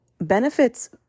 benefits